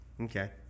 Okay